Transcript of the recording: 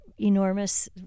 Enormous